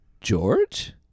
George